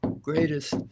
greatest